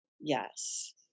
yes